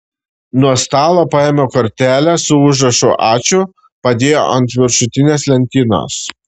nuo stalo paėmė kortelę su užrašu ačiū padėjo ant viršutinės lentynos